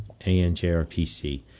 ANJRPC